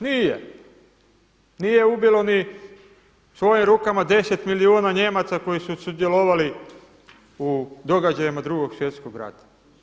Nije, nije ubilo ni svojim rukama 10 milijuna Nijemaca koji su sudjelovali u događajima Drugog svjetskog rata.